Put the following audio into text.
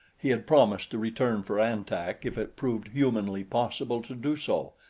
he had promised to return for an-tak if it proved humanly possible to do so,